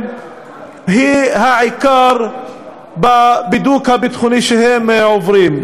היא העיקר בבידוק הביטחוני שהם עוברים.